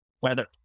weather